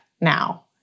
now